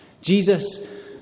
Jesus